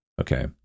okay